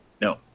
No